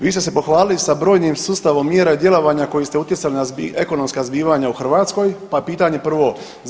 Vi ste se pohvalili sa brojnim sustavom mjera i djelovanja kojim ste utjecali na ekonomska zbivanja u Hrvatskoj, pa je pitanje prvo.